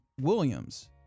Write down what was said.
Williams